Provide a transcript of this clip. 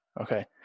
Okay